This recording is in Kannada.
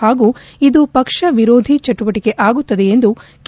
ಪಾಗೂ ಇದು ಪಕ್ಷ ವಿರೋಧಿ ಚಟುವಟಕೆ ಆಗುತ್ತದೆ ಎಂದು ಕೆ